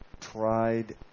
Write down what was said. Tried